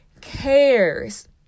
cares